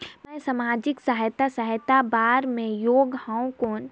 मैं समाजिक सहायता सहायता बार मैं योग हवं कौन?